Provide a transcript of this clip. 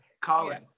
Colin